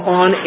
on